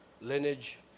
lineage